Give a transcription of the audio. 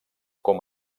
com